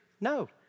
No